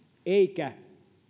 eikä